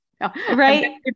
Right